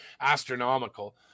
astronomical